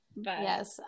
Yes